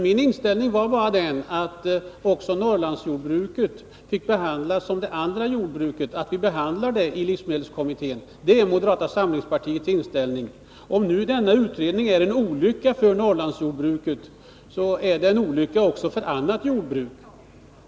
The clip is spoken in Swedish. Min inställning är dock den att också Norrlandsjordbruket får behandlas som det andra jordbruket i livsmedelskommittén. Det är moderata samlingspartiets inställning. Om denna utredning är en olycka för Norrlandsjordbruket är den en olycka också för annat jordbruk.